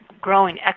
growing